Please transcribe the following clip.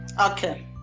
Okay